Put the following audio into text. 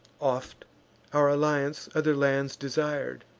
oft our alliance other lands desir'd,